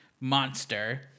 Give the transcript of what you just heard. monster